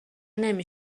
نمی